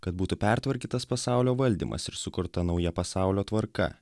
kad būtų pertvarkytas pasaulio valdymas ir sukurta nauja pasaulio tvarka